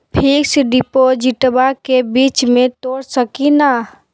Fix डिपोजिटबा के बीच में तोड़ सकी ना?